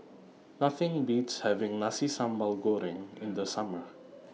Nothing Beats having Nasi Sambal Goreng in The Summer